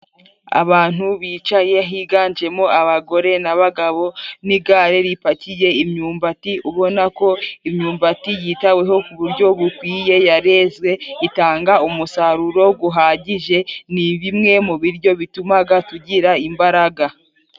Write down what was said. Abantu bicaye higanjemo abagore n'abagabo n'igare ripakiye imyumbati ubona ko imyumbati yitaweho ku buryo bukwiye, yarezwe itanga umusaruro guhagije. Ni bimwe mu biryo bitumaga tugira imbaraga.